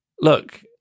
look